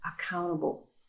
accountable